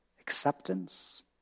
acceptance